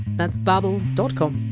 that's babbel dot com